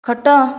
ଖଟ